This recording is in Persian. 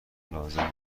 لازم